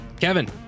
Kevin